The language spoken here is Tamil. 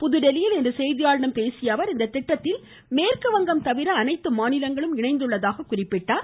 புதுதில்லியில் இன்று செய்தியாளர்களிடம் பேசிய அவர் இத்திட்டத்தில் மேற்கு வங்கம் தவிர அனைத்து மாநிலங்களும் இணைந்துள்ளதாக குறிப்பிட்டார்